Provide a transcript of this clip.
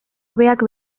hobeak